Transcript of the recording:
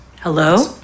Hello